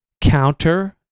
counter